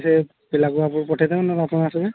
ସେ ପିଲାଙ୍କୁ ଆପଣ ପଠାଇ ଦେବେ ନହେଲେ ଆପଣ ଆସିବେ